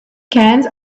cans